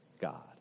God